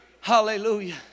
Hallelujah